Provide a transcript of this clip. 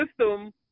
system